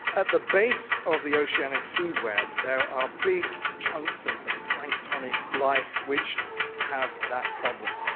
at the base of the oceanic food web there are big chunks of the planktonic life which have that problem.